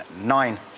nine